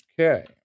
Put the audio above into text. okay